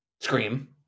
Scream